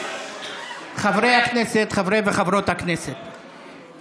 חברי הכנסת, חברי וחברות הכנסת,